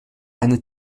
eine